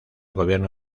gobierno